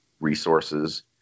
resources